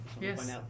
Yes